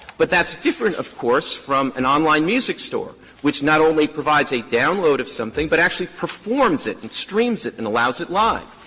but that's different, of course, from an online music store, which not only provides a download of something, but actually performs it and streams it and allows it live.